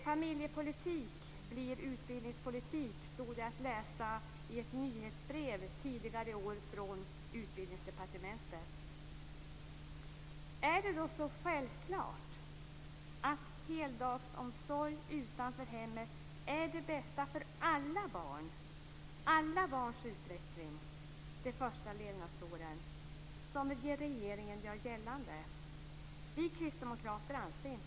Familjepolitik blir utbildningspolitik, stod det att läsa i ett nyhetsbrev tidigare i år från Utbildningsdepartementet. Är det då så självklart att heldagsomsorg utanför hemmet är det bästa för alla barns utveckling de första levnadsåren, som regeringen gör gällande? Vi kristdemokrater anser inte det.